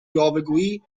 یاوهگویی